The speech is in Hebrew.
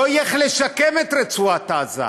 לא יהיה איך לשקם את רצועת עזה.